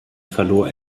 verlor